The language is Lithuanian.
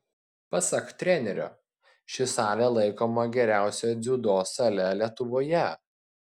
pasak trenerio ši salė laikoma geriausia dziudo sale lietuvoje